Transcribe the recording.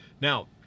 Now